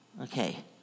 Okay